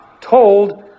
told